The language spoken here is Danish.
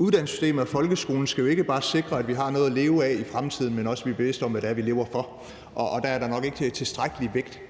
Uddannelsessystemet og folkeskolen skal ikke bare sikre, at vi har noget at leve af i fremtiden, men også, at vi er bevidste om, hvad det er, vi lever for. Og der er der nok ikke lagt tilstrækkelig vægt